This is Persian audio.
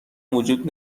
وجود